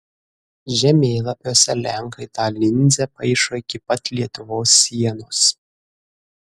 žemėlapiuose lenkai tą linzę paišo iki pat lietuvos sienos